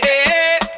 Hey